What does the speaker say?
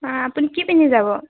অঁ আপুনি কি পিন্ধি যাব